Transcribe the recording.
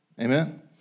Amen